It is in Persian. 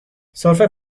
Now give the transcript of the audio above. سرفه